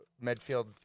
Medfield